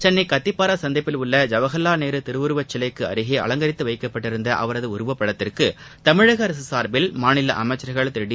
சென்னை கத்திப்பாரா சந்திப்பில் உள்ள ஜவஹர்லால் நேரு திருவுருவச் சிலைக்கு அருகே அலங்கரித்து வைக்கப்பட்டிருந்த திருவுருவப் படத்திற்கு தமிழக அரசு சார்பில் மாநில அமைச்சா்கள் திரு டி